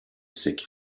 sick